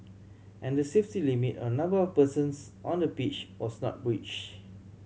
and the safety limit on number of persons on the pitch was not breached